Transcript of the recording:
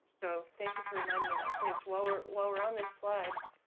so thank you for reminding me of that case, while we're while we're on this slide,